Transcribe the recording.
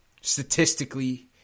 statistically